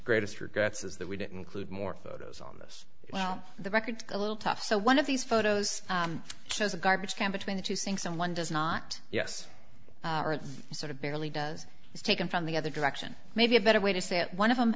greatest regrets is that we did include more photos on this well the record a little tough so one of these photos shows a garbage can between the two sinks someone does not yes sort of barely does is taken from the other direction maybe a better way to say it one of them